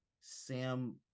Sam